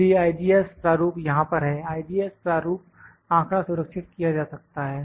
इसलिए IGES प्रारूप यहां पर है IGES प्रारूप आंकड़ा सुरक्षित किया जा सकता है